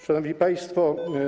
Szanowni Państwo!